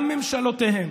גם ממשלותיהם